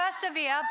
persevere